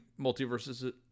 Multiverses